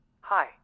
Hi